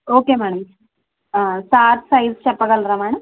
okay madam sir size చెప్పగలరా madam